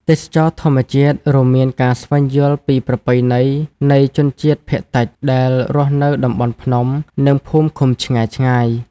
ទេសចរណ៍ធម្មជាតិរួមមានការស្វែងយល់ពីប្រពៃណីនៃជនជាតិភាគតិចដែលរស់នៅតំបន់ភ្នំ និងភូមិឃុំឆ្ងាយៗ។